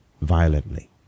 violently